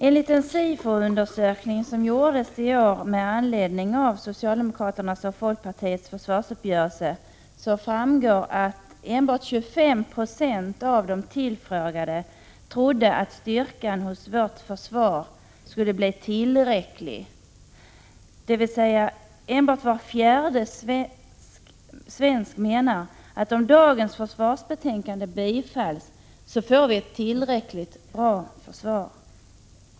Enligt en SIFO-undersökning, som gjordes i år med anledning av socialdemokraternas och folkpartiets försvarsuppgörelse, framgår att enbart 25 96 av de tillfrågade trodde att styrkan hos vårt försvar skulle bli tillräcklig, dvs. enbart var fjärde svensk menar att vi får ett tillräckligt bra försvar om dagens försvarsbetänkande bifalls.